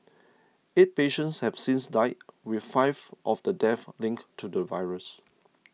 eight patients have since died with five of the deaths linked to the virus